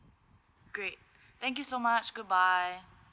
great thank you so much goodbye